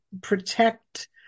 protect